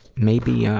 maybe, yeah